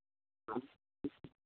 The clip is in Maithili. हँ